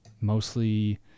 mostly